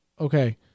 Okay